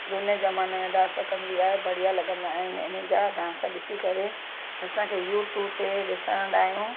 झूने जमाने जा डांस कंदी आहे बढ़िया लॻंदा आहिनि इन जा डांस ॾिसी करे असांखे यूट्यूब ते ॾिसंदा आहियूं